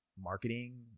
marketing